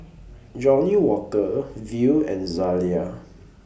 Johnnie Walker Viu and Zalia